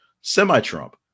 Semi-Trump